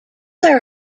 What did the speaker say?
haar